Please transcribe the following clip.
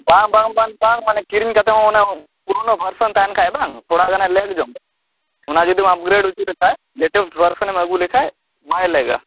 ᱵᱟᱝ ᱵᱟᱝ ᱵᱟᱝ ᱢᱟᱱᱮ ᱠᱤᱨᱤᱧ ᱠᱟᱛᱮ ᱦᱚᱸ ᱚᱱᱮ ᱦᱚᱸ ᱯᱩᱨᱚᱱᱚ ᱵᱷᱟᱨᱥᱮᱱ ᱛᱟᱦᱮᱱ ᱠᱷᱟᱡ ᱵᱟᱝ ᱛᱷᱚᱲᱟ ᱜᱟᱱᱮ ᱞᱮᱴ ᱧᱚᱜ ᱚᱱᱟ ᱡᱩᱫᱤᱢ ᱟᱯᱜᱨᱮᱰ ᱚᱪᱚ ᱞᱮᱠᱷᱟᱡ ᱞᱮᱴᱮᱥ ᱵᱷᱟᱨᱥᱮᱱᱮᱢ ᱟᱹᱜᱩ ᱞᱮᱠᱷᱟᱡ ᱵᱟᱭ ᱞᱮᱜᱟ